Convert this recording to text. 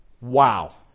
Wow